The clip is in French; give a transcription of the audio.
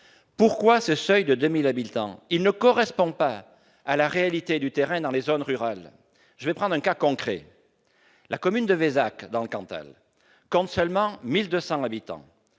Pourquoi ce seuil de 2 000 habitants ? Il ne correspond pas à la réalité du terrain dans les zones rurales. Prenons le cas concret de la commune de Vézac, dans le Cantal. Elle compte seulement 1 200 habitants.